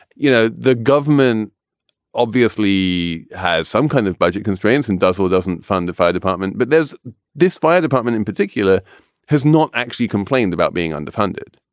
you know, the government obviously has some kind of budget constraints and does or doesn't fund the fire department. but there's this fire department in particular has not actually complained about being underfunded.